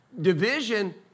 Division